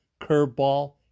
curveball